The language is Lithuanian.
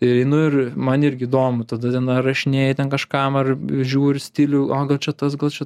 įeinu ir man irgi įdomu tada ten rašinėji ten kažkam ar žiūri stilių o čia tas gal čia